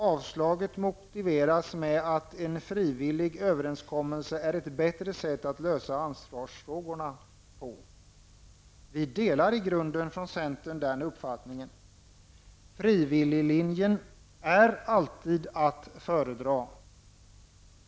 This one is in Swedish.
Avvisandet motiveras med att en frivillig överenskommelse är ett bättre sätt att lösa ansvarsfrågorna. Vi delar i grunden den uppfattningen. Frivilliglinjen är alltid att föredra.